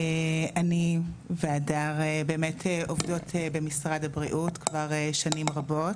אני והדר באמת עובדות במשרד הבריאות כבר שנים רבות.